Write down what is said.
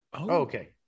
okay